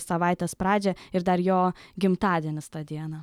savaitės pradžią ir dar jo gimtadienis tą dieną